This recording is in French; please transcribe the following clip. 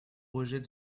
rejet